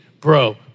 bro